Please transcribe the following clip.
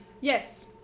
Yes